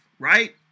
right